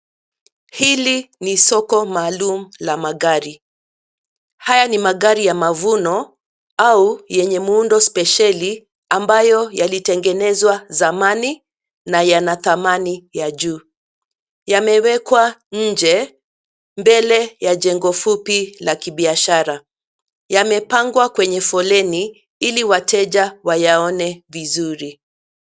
Hili ni soko maalum la magari. Haya ni magari ya mavuno au yenye muundo spesheli ambayo yalitengenezwa zamani na yana thamani ya juu. Yamewekwa nje, mbele ya jengo fupi la kibiashara. Yamepangwa kwenye foleni ili wateja wayaone vizuri.